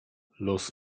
los